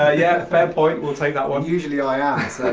ah yeah fair point, we'll take that one. usually i am.